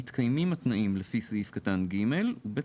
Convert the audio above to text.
מתקיימים התנאים לפי סעיף קטן (ג) ובית